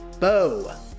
Bo